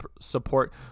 support